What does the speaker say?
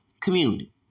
community